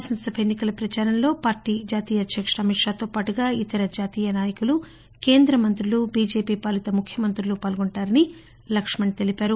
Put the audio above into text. శాసనసభ ఎన్నికల ప్రచారంలో పార్టీ జాతీయ అధ్యకుడు అమిత్ షాతో పాటుగా ఇతర జాతీయ నాయకులు కేంద్ర మంత్రులు బిజెపి పాలిత ముఖ్యమంత్రులు పాల్గొంటారని లక్మణ్ తెలిపారు